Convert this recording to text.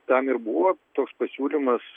tam ir buvo toks pasiūlymas